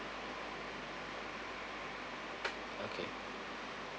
okay